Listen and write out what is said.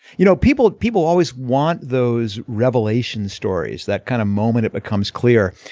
you know people people always want those revelation stories that kind of moment it becomes clear.